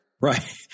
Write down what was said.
Right